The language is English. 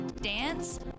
dance